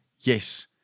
yes